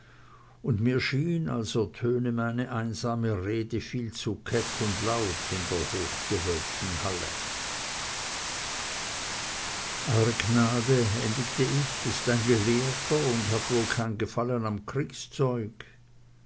und mir schien als ertöne meine einsame rede viel zu keck und laut in der hochgewölbten halle eure gnade endigte ich ist ein gelehrter und hat wohl kein gefallen an kriegszeug